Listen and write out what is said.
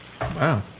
Wow